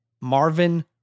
Marvin